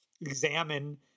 examine